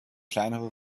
kleinere